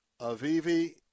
Avivi